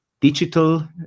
digital